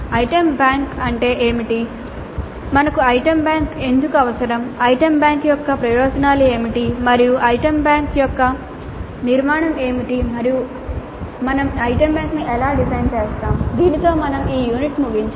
item bank అంటే ఏమిటి మాకు ఐటెమ్ బ్యాంక్ ఎందుకు అవసరం ఐటెమ్ బ్యాంక్ యొక్క ప్రయోజనాలు ఏమిటి మరియు ఐటెమ్ బ్యాంక్ యొక్క నిర్మాణం ఏమిటి మరియు మేము ఐటెమ్ బ్యాంక్ను ఎలా డిజైన్ చేస్తాము